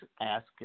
ask